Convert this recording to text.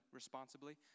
responsibly